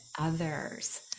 others